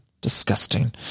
Disgusting